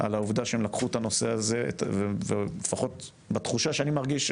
על העובדה שהם לקחו את הנושא הזה ולפחות בתחושה שאני מרגיש,